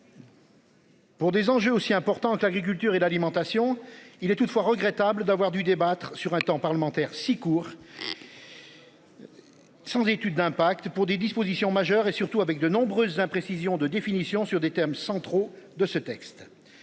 Pour des enjeux aussi importante, l'agriculture et l'alimentation. Il est toutefois regrettable d'avoir dû débattre sur un temps parlementaire si court. Sans étude d'impact pour des dispositions majeures et surtout avec de nombreuses imprécisions de définition sur des thèmes centraux de ce texte.